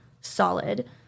solid